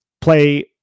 play